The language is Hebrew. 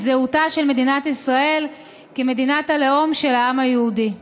את זהותה של מדינת ישראל כמדינת הלאום של העם היהודי.